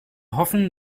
hoffen